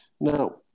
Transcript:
Now